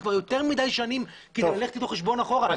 זה כבר יותר מדי שנים כדי ללכת איתו חשבון אחורה.